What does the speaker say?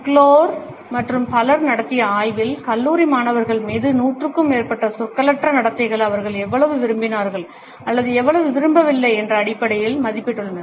க்ளோர் மற்றும் பலர் நடத்திய ஆய்வில் கல்லூரி மாணவர்கள் மீது நூற்றுக்கும் மேற்பட்ட சொற்களற்ற நடத்தைகளை அவர்கள் எவ்வளவு விரும்பினார்கள் அல்லது எவ்வளவு விரும்பவில்லை என்ற அடிப்படையில் மதிப்பிட்டுள்ளனர்